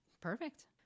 Perfect